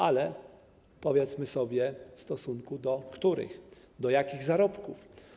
Ale, powiedzmy sobie, w stosunku do których i do jakich zarobków?